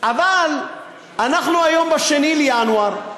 אבל אנחנו היום ב-2 בינואר,